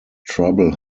trouble